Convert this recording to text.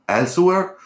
Elsewhere